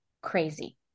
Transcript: crazy